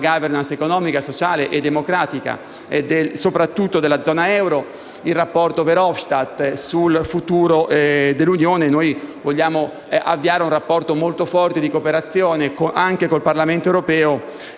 *governance* economica, sociale e democratica, soprattutto nella zona euro, e al rapporto Verhofstadt sul futuro dell'Unione europea. Vogliamo, quindi, avviare un rapporto molto forte di cooperazione anche con il Parlamento europeo